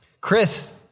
Chris